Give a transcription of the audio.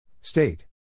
State